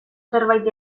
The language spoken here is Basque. zerbait